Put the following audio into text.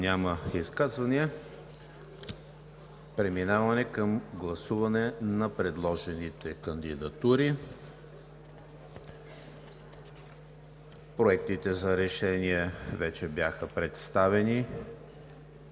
няма изказвания, преминаваме към гласуване на предложените кандидатури. Проектите за решения вече бяха представени